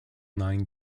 nine